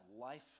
life